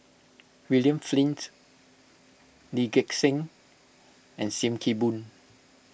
William Flint Lee Gek Seng and Sim Kee Boon